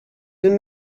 den